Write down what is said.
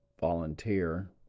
volunteer